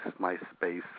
MySpace